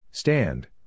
Stand